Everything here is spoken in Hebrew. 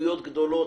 התנגדויות גדולות,